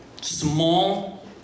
small